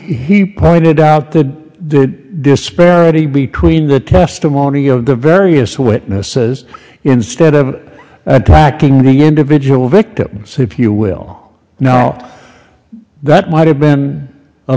he pointed out the disparity between the testimony of the various witnesses instead of attacking the individual victim so if you will know that might have been a